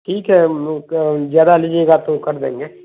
ٹھیک ہے زیادہ لیجیے گا تو کر دیں گے